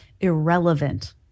irrelevant